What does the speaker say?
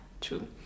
true